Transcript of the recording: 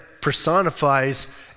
personifies